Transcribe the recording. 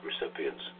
recipients